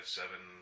seven